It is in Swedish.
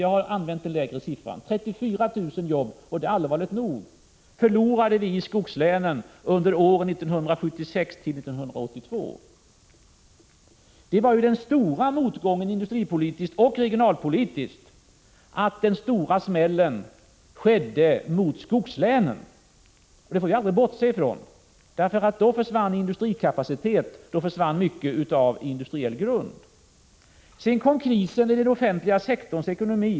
Jag har dock tagit fasta på den lägre siffran. 34 000 jobb förlorade vi alltså i skogslänen under åren 1976-1982, och det är allvarligt nog. Den stora motgången, både industripolitiskt och regionalpolitiskt, var att den här stora smällen drabbade skogslänen. Det får vi aldrig bortse från. Det var ju då som industrikapacitet och mycket av den industriella grunden försvann. Sedan kom krisen i den offentliga sektorns ekonomi.